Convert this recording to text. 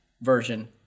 version